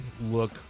look